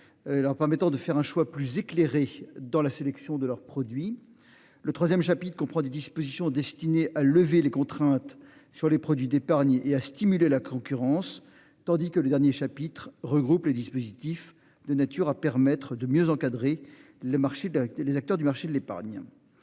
Leur permettant de faire un choix plus éclairé dans la sélection de leurs produits. Le 3ème chapitre comprend des dispositions destinées à lever les contraintes sur les produits d'épargne et à stimuler la concurrence, tandis que le dernier chapitre regroupe les dispositifs de nature à permettre de mieux encadrer le marché d'arrêter les acteurs du marché de l'épargne.